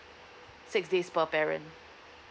six days per parent